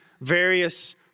various